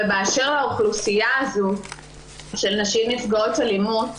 ובאשר לאוכלוסייה הזו של נשים נפגעות אלימות